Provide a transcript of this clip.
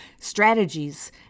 strategies